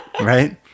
right